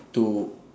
to